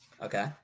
okay